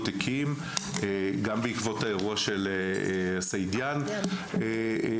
הקים גם בעקבות האירוע של סעידיאן כמובן,